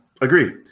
agree